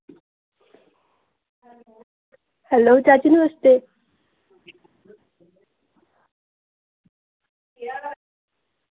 hello चाची नमस्ते